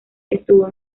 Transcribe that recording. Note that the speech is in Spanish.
estuvo